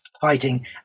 fighting